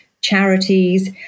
charities